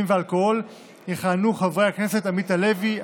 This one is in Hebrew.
ואלכוהול יכהנו חברי הכנסת עמית הלוי,